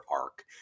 arc